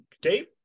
Dave